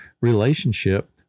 relationship